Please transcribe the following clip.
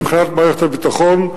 מבחינת מערכת הביטחון,